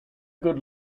good